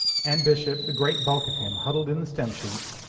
and bishop, the great bulk of him huddled in the stem sheets,